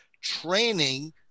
training